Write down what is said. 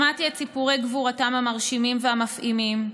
שמעתי את סיפורי גבורתם המרשימים והמפעימים.